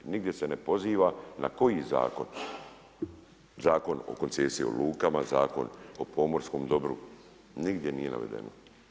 Nigdje se ne poziva na koji zakon, Zakon o koncesiji o lukama, Zakon o pomorskom dobru, nigdje nije navedeno.